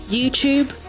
YouTube